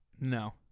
No